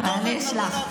גם אתה יכול, אני אשלח.